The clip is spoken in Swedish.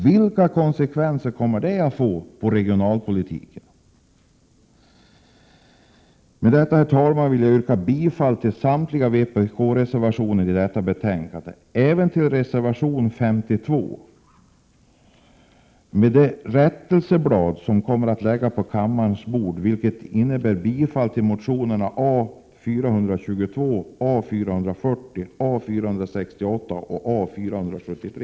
Vilka konsekvenser kommer dessa att få på regionalpolitiken? Med detta, herr talman, yrkar jag bifall till samtliga vpk-reservationer i detta betänkande, inkl. reservation 52, som enligt ett rättelseblad vilket kommer att delas till kammarens ledamöter innehåller yrkanden om bifall till motionerna A422, A440, A468 och A473.